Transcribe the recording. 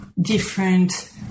different